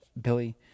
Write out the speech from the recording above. Billy